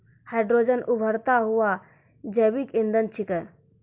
hydrogen उभरता हुआ जैविक इंधन छिकै